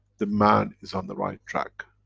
the man is on the right track,